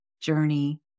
journey